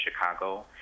Chicago